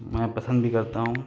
हमारा पसंदीदा काम